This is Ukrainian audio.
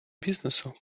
бізнесу